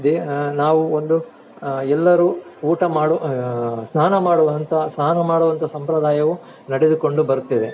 ದೆ ನಾವು ಒಂದು ಎಲ್ಲರೂ ಊಟ ಮಾಡು ಸ್ನಾನ ಮಾಡುವಂಥ ಸ್ನಾನ ಮಾಡುವಂಥ ಸಂಪ್ರದಾಯವು ನಡೆದುಕೊಂಡು ಬರ್ತಿದೆ